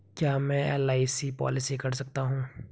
क्या मैं LIC policy कर सकता हूं?